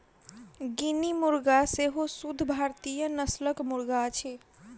guinea मुर्गा सेहो शुद्ध भारतीय नस्लक मुर्गा अछि